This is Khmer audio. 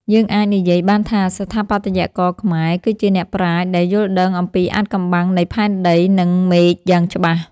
យើងអាចនិយាយបានថាស្ថាបត្យករខ្មែរគឺជាអ្នកប្រាជ្ញដែលយល់ដឹងអំពីអាថ៌កំបាំងនៃផែនដី និង មេឃយ៉ាងច្បាស់។